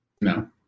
No